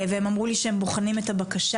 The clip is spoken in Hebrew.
והם אמרו לי שהם בוחנים את הבקשה.